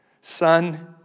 Son